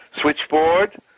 switchboard